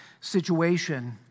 situation